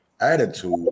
attitude